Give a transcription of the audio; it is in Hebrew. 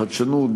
בחדשנות,